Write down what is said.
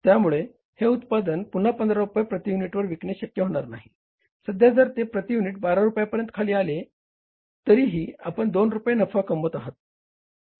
त्यामूळे हे उत्पादन पुन्हा 15 रुपये प्रति युनिटवर विकणे शक्य होणार नाही सध्या जर ते प्रति युनिट 12 रुपयांपर्यंत खाली आले असेल तरीही आपण 2 रुपये नफा कमवत आहात